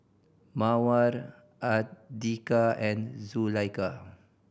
Mawar Andika and Zulaikha